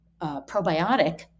probiotic